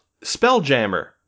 Spelljammer